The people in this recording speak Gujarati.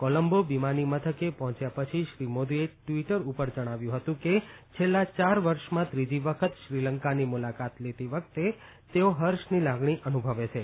કોલંબો વિમાનમથકે પહોંચ્યા પછી શ્રી મોદીએ ટિવટર ઉપર જણાવ્યું હતું કે છેલ્લા યાર વર્ષમાં ત્રીજી વખત શ્રીલંકાની મુલાકાત લેતી વખતે તેઓ હર્ષની લાગણી અનુભવે છે